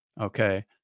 okay